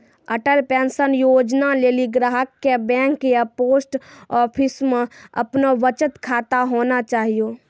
Atal pension Yojana लेली ग्राहक के बैंक या पोस्ट आफिसमे अपनो बचत खाता होना चाहियो